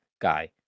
guy